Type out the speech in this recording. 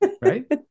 right